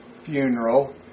funeral